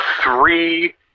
three